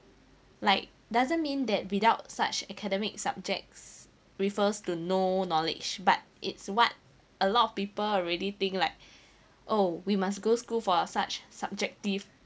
like doesn't mean that without such academic subjects refers to no knowledge but it's what a lot of people already think like oh we must go school for such subjective